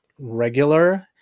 regular